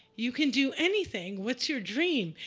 you can do anything. what's your dream?